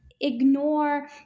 ignore